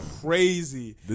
crazy